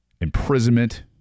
imprisonment